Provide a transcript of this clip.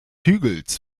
hügels